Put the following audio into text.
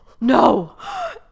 No